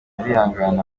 arihangana